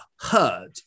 heard